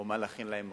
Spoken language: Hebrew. או מה להכין להם מחר.